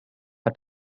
hat